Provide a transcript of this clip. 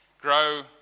Grow